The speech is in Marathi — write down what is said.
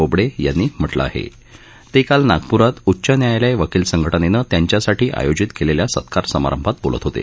बोबडे यांनी म्हटलं आहे ते काल नागपूरात उच्च न्यायालय वकील संघटनेनं त्यांच्यासाठी आयोजित केलेल्या सत्कार समारंभात बोलत होते